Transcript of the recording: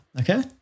okay